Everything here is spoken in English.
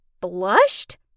blushed